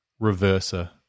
reverser